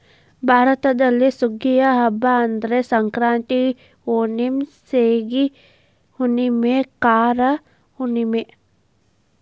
ಭಾರತದಲ್ಲಿ ಸುಗ್ಗಿಯ ಹಬ್ಬಾ ಅಂದ್ರ ಸಂಕ್ರಾಂತಿ, ಓಣಂ, ಸೇಗಿ ಹುಣ್ಣುಮೆ, ಕಾರ ಹುಣ್ಣುಮೆ